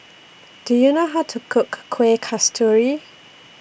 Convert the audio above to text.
Do YOU know How to Cook Kueh Kasturi